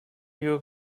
you